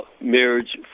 marriage